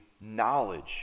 knowledge